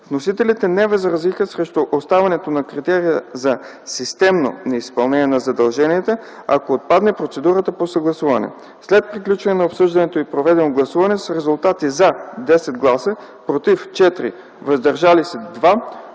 Вносителите не възразиха срещу оставането на критерия за „системно” неизпълнение на задълженията, ако отпадне процедурата по съгласуване. След приключване на обсъждането и проведено гласуване с резултати: „за” – 10 гласа, „против” – 4, „въздържали се”